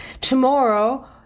Tomorrow